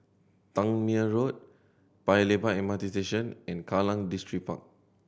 Tangmere Road Paya Lebar M R T Station and Kallang Distripark